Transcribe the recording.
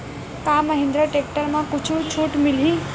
का महिंद्रा टेक्टर म कुछु छुट मिलही?